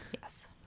yes